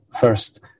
first